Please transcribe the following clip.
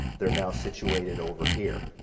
they're now situated over here.